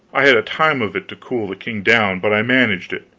i had a time of it to cool the king down, but i managed it.